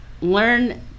learn